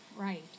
Right